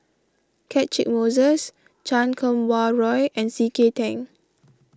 Catchick Moses Chan Kum Wah Roy and C K Tang